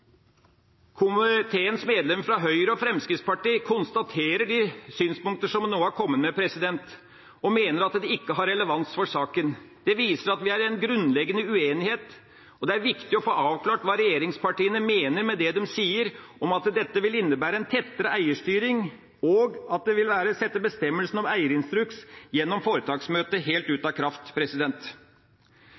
Komiteens medlemmer fra Høyre og Fremskrittspartiet konstaterer de synspunkter jeg nå har kommet med og mener de ikke har relevans for saken. Det viser at det er en grunnleggende uenighet, og det er viktig å få avklart hva regjeringspartiene mener med det de sier om at dette vil innebære en tettere eierstyring, og at det vil sette bestemmelsen om eierinstruks gjennom foretaksmøtet helt ut av kraft.